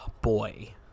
boy